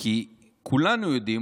כי כולנו מכירים,